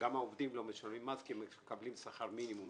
העובדים לא משלמים מס כי הם מקבלים שכר מינימום.